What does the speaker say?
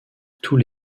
tous